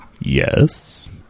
Yes